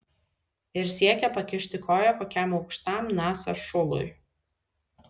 ir siekia pakišti koją kokiam aukštam nasa šului